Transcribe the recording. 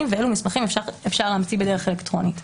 ואילו מסמכים אפשר להמציא בדרך אלקטרונית".